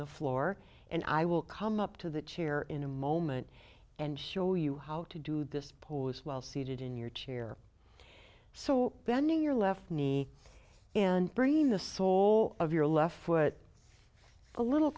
the floor and i will come up to the chair in a moment and show you how to do this pose while seated in your chair so bending your left knee and brain the sole of your left foot a little